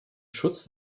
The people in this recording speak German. schutz